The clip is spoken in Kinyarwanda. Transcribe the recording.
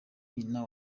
nyina